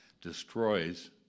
destroys